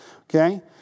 Okay